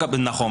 נכון.